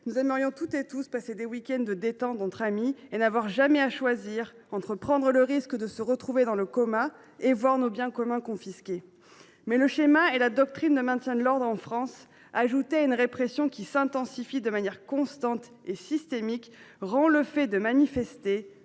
nous aimerions, toutes et tous, passer des week ends de détente entre amis et n’avoir jamais à choisir entre la décision de prendre le risque de se retrouver dans le coma et la perspective de voir nos biens communs confisqués. Toutefois, le schéma et la doctrine de maintien de l’ordre en France, alors que la répression s’intensifie de manière constante et systémique, rendent l’action de manifester